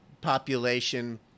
population